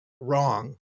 Wrong